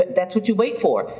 that's what you wait for.